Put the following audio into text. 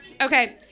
Okay